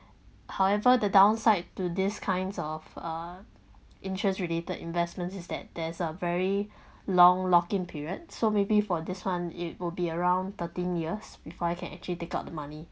however the downside to this kinds of uh interest related investments is that there's a very long locking period so maybe for this one it will be around thirteen years before I can actually take out the money